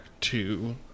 two